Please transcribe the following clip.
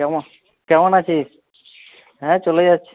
কেমন কেমন আছিস হ্যাঁ চলে যাচ্ছে